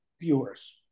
viewers